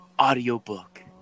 audiobook